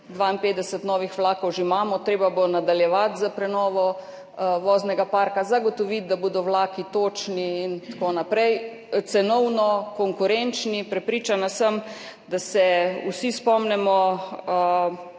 52 novih vlakov že imamo, treba bo nadaljevati s prenovo voznega parka, zagotoviti, da bodo vlaki točni in tako naprej, cenovno konkurenčni. Prepričana sem, da se vsi spomnimo